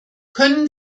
können